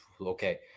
okay